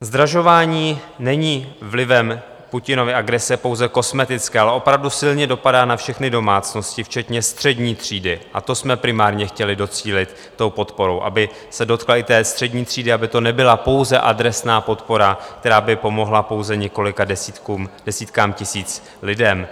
Zdražování není vlivem Putinovy agrese pouze kosmetické, ale opravdu silně dopadá na všechny domácnosti včetně střední třídy, a to jsme primárně chtěli docílit podporou, aby se dotkla i střední třídy, aby to nebyla pouze adresná podpora, která by pomohla pouze několika desítkám tisíc lidí.